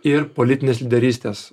ir politinės lyderystės